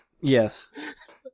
Yes